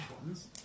ones